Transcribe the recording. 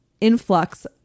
influx